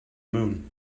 moon